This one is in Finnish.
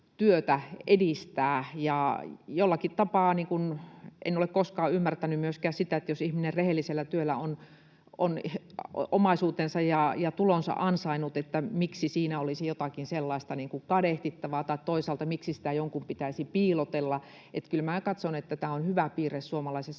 työtä edistää. Jollakin tapaa en ole koskaan ymmärtänyt myöskään sitä, että jos ihminen rehellisellä työllä on omaisuutensa ja tulonsa ansainnut, niin miksi siinä olisi jotakin sellaista kadehdittavaa tai toisaalta miksi sitä jonkun pitäisi piilotella. Kyllä minä katson, että tämä on hyvä piirre suomalaisessa